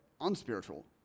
unspiritual